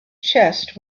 chest